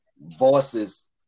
voices